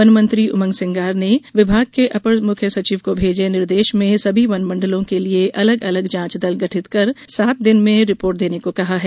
वनमंत्री उमंग सिंगार ने विभाग के अपर मुख्य सचिव को भेजे निर्देश में सभी वन मंडलों के लिए अलग अलग जांच दल गठित कर सात दिन में रिपोर्ट देने को कहा है